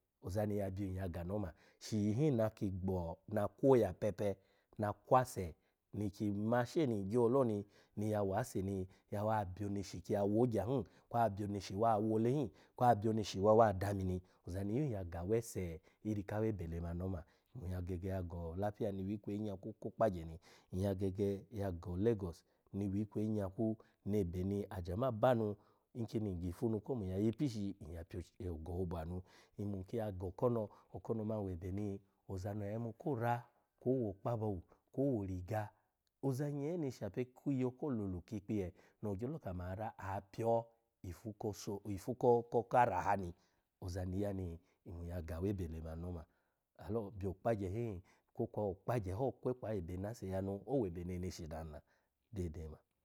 Ozani ya byun yaga no oma shi iyi hin na ki gbo na kwoya pepe na kwase niki mashe nin gyolo ni ya wase ni ya byo oneshi kiya wo ogya hin kwa byo oneshi wa wo ole hin kwa abyo neshi wa dami ni, ozani yun ya ga awese iri kawebe lemani ni oma. Nmun nyya ga olafiya ni wi kweyi nyakwu ko okpagye ni nya gege ya go olegos ni wi ikweyi, nyakwu ni ebeni ajama banu nkini ngifu nu ko mun nya yipishi nyya pyo gohobu anu. Nmun nki ya go okono, okono mani webe ni ozani oya yimu ko ra kivo owo okpabawu kwo owo origa oza nyeeni shepe ki iyo ko lolu ki ikpiye no koma ara oya pyo ifu ko so, ifu ka araha ni ozani ya ni nmu nyya ga awebe lemani no oma. Lalo byo okpagye hin kwo kwa okpagye ho kwokwa ebeni ase ya anu owebe neneshi danu la dede ma.